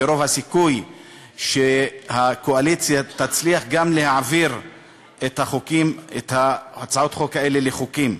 ורוב הסיכויים שהקואליציה תצליח גם להעביר את הצעות החוק האלה לחוקים.